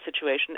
situation